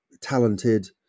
talented